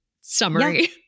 summary